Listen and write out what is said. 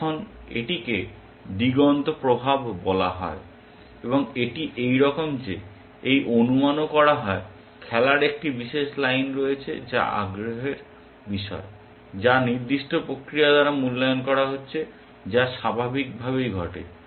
এখন এটিকে দিগন্ত প্রভাব বলা হয় এবং এটি এইরকম যে এই অনুমান করা হয় খেলার একটি বিশেষ লাইন রয়েছে যা আগ্রহের বিষয় যা নির্দিষ্ট প্রক্রিয়া দ্বারা মূল্যায়ন করা হচ্ছে যা স্বাভাবিকভাবেই ঘটে